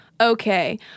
Okay